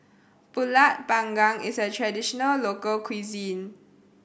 Pulut Panggang is a traditional local cuisine